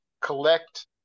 collect